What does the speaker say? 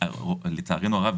עולם מוסדר.